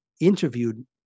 interviewed